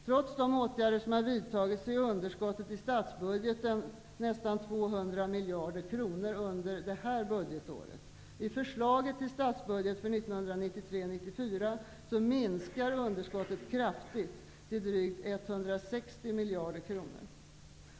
Trots de åtgärder som har vidtagits är underskottet i statsbudgeten nästan 200 miljarder kronor under det här budgetåret. I förslaget till statsbudget för 1993/94 minskar underskottet kraftigt, till drygt 160 miljarder kronor.